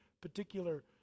particular